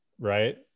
right